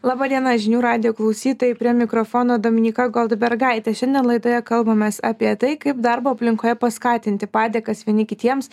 laba diena žinių radijo klausytojai prie mikrofono dominyka goldbergaitė šiandien laidoje kalbamės apie tai kaip darbo aplinkoje paskatinti padėkas vieni kitiems